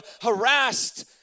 harassed